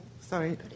Sorry